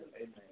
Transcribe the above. Amen